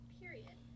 period